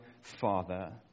Father